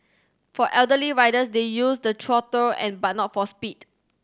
for elderly riders they use the throttle and but not for speed